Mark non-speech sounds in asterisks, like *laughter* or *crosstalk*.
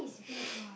*noise*